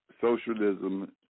socialism